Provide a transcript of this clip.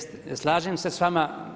Slažem se s vama.